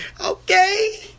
okay